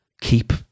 keep